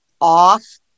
off